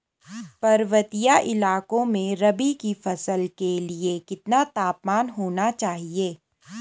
पर्वतीय इलाकों में रबी की फसल के लिए कितना तापमान होना चाहिए?